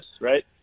right